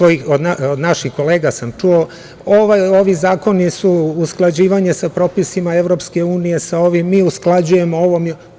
Od naših kolega sam čuo – ovi zakoni su usklađivanje sa propisima EU, sa ovim, mi usklađujemo ovo.